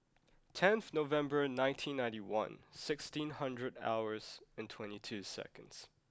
tenth November nineteen ninety one sixteen hundred hours and twenty two seconds